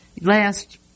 last